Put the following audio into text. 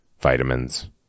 vitamins